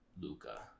Luca